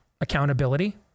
accountability